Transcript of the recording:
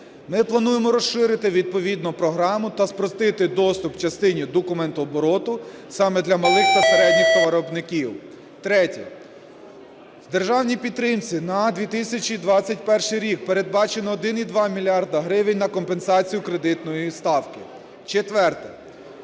Ми плануємо розширити відповідно програму та спростити доступ в частині документообороту саме для малих та середніх товаровиробників. Третє. В державній підтримці на 2021 рік передбачено 1,2 мільярда гривень на компенсацію кредитної ставки. Четверте.